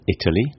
Italy